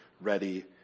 ready